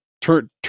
turn